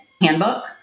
Handbook